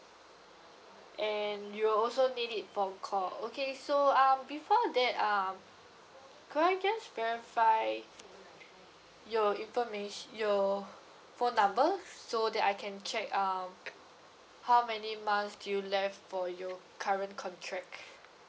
and you will also need it for call okay so uh before that um could I just verify your informati~ your phone number so that I can check um how many months still left for your current contract